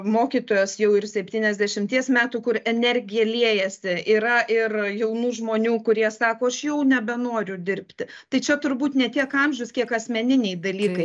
mokytojos jau ir septyniasdešimties metų kur energija liejasi yra ir jaunų žmonių kurie sako aš jau nebenoriu dirbti tai čia turbūt ne tiek amžius kiek asmeniniai dalykai